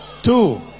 Two